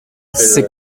c’est